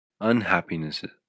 unhappinesses